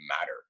matter